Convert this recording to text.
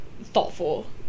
thoughtful